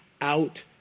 out